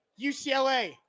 UCLA